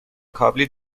کابلی